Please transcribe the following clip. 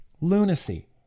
lunacy